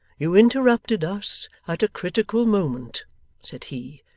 you interrupted us at a critical moment said he,